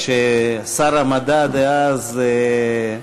כששר המדע דאז,